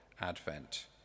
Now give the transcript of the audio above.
Advent